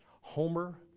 Homer